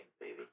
baby